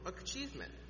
achievement